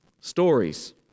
Stories